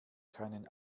keinen